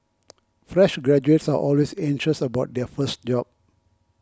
fresh graduates are always anxious about their first job